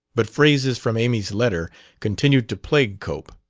but phrases from amy's letter continued to plague cope.